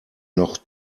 noch